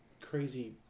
crazy